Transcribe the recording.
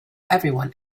everyone